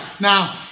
Now